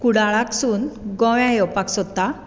कुडाळाकसून गोंया येवपाक सोदता